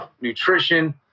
nutrition